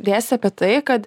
dėstė apie tai kad